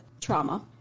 trauma